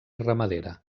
ramadera